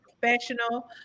professional